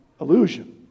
illusion